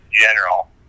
general